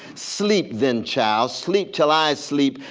sleep then child. sleep till i sleep,